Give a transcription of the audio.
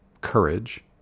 courage